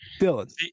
Dylan